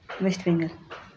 West Bengal